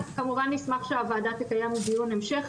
אנחנו כמובן נשמח שהוועדה תקיים דיון המשך,